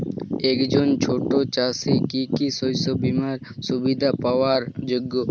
একজন ছোট চাষি কি কি শস্য বিমার সুবিধা পাওয়ার যোগ্য?